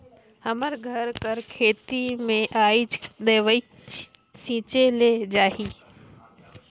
हमर घर कर खेत में आएज दवई छींचे ले जाही